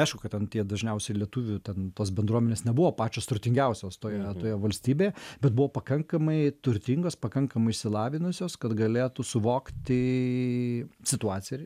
aišku kad ten tie dažniausiai lietuvių ten tos bendruomenės nebuvo pačios turtingiausios toje toje valstybėj bet buvo pakankamai turtingos pakankamai išsilavinusios kad galėtų suvokti situaciją ir